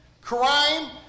crime